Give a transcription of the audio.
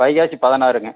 வைகாசி பதினாறுங்க